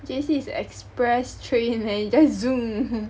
J_C is express train then you just zoom